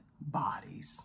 bodies